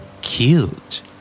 Cute